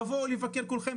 תבואו לבקר כולכם,